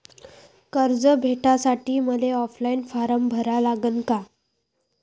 कर्ज भेटासाठी मले ऑफलाईन फारम भरा लागन का?